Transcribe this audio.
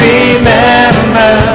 Remember